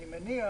אני מניח